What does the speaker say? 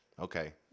Okay